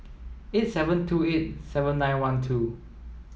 eight seven two eight seven nine one two